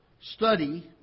Study